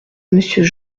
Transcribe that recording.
monsieur